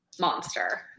monster